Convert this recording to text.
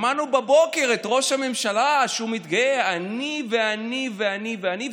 שמענו בבוקר את ראש הממשלה שהוא מתגאה: אני ואני ואני ואני,